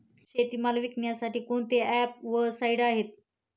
शेतीमाल विकण्यासाठी कोणते ॲप व साईट आहेत?